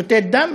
שותת דם,